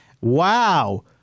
Wow